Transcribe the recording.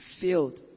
filled